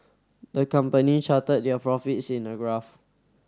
the company charted their profits in a graph